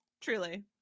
Truly